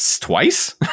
twice